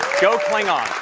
go klingon.